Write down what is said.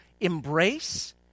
embrace